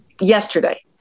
yesterday